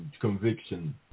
conviction